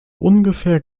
ungefähr